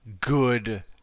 good